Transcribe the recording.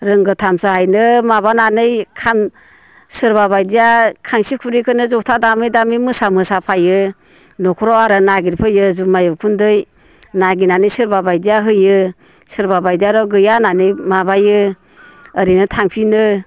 रोंगोथामसाहैनो माबानानै खान सोरबाबायदिया खांसि खुरैखौनो जथा दामै दामै मोसा मोसा फैयो न'खराव आरो नागिरफैयो जुमाइ उखुन्दै नागिरनानै सोरबाबायदिया होयो सोरबाबायदिया आरो गैया होननानै माबायो ओरैनो थांफिनो